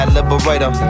Liberator